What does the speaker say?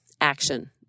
action